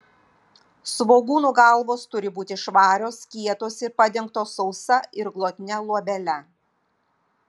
svogūnų galvos turi būti švarios kietos ir padengtos sausa ir glotnia luobele